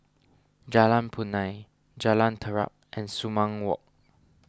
Jalan Punai Jalan Terap and Sumang Walk